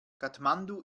kathmandu